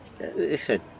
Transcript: listen